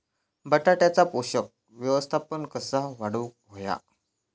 बटाट्याचा पोषक व्यवस्थापन कसा वाढवुक होया?